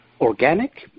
organic